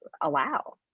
allow